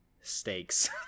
stakes